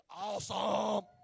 awesome